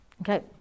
okay